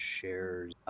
shares